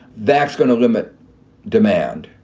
that's going to limit demand.